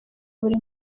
buri